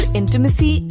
intimacy